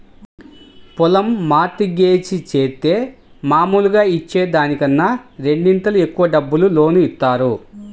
పొలం mortgage జేత్తే మాములుగా ఇచ్చే దానికన్నా రెండింతలు ఎక్కువ డబ్బులు లోను ఇత్తారు